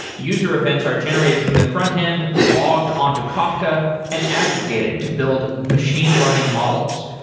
user events are generated from the frontend logged on to kafka and aggregated to build machine learning models.